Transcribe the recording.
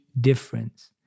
difference